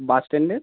বাস স্ট্যান্ডের